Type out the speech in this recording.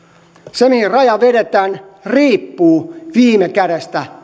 se mihin raja vedetään riippuu viime kädessä